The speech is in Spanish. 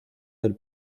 del